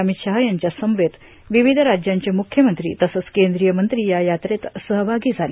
अमित शाह यांच्या समवेत विविध राज्यांचे मुख्यमंत्री तसंच केंद्रीय मंत्री या यात्रेत सहभागी झाले